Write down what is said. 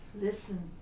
listen